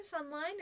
online